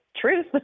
truth